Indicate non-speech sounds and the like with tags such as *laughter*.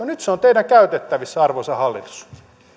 *unintelligible* nyt se on teidän käytettävissänne arvoisa hallitus